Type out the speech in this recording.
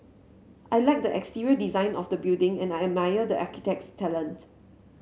I like the exterior design of the building and I admire the architect's talent